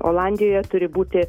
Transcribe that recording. olandijoje turi būti